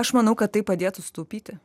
aš manau kad tai padėtų sutaupyti